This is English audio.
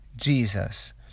Jesus